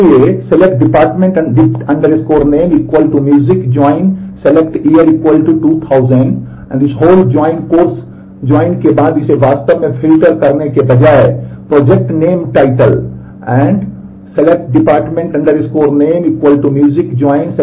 इसलिए यदि हम एक अंतिम σdept name music कर रहे हैं तो यह संभव है कि मैं पहले डिपार्टमेंट में होता है